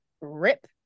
rip